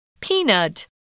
Peanut